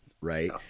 right